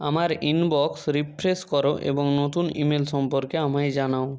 আমার inbox refresh করো এবং নতুন ইমেল সম্পর্কে আমায় জানাও